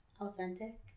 Authentic